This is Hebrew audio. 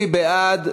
מי בעד?